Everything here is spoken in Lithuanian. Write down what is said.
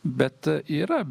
bet yra